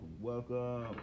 welcome